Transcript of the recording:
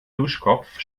duschkopf